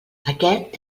aquest